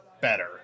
better